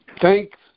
Thanks